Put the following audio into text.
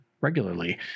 regularly